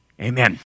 Amen